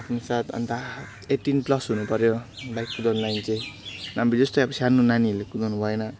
आफ्नो साथ अन्त एट्टिन प्लस हुनु पऱ्यो बाइक कुदाउनुको लागि चाहिँ नभए जस्तै अब सानो नानीहरूले कुदाउनु भएन